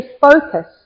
focus